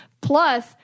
Plus